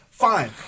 Fine